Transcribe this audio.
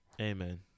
amen